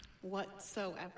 Whatsoever